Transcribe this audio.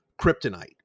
kryptonite